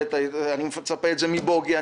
מבוגי,